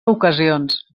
ocasions